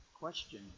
question